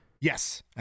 Yes